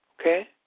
okay